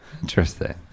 Interesting